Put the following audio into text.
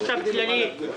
החשב הכללי,